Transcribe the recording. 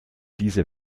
diese